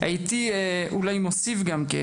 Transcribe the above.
הייתי אולי מוסיף גם כן